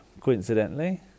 coincidentally